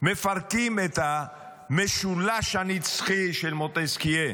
מפרקים את המשולש הנצחי של מונטסקיה: